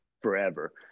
forever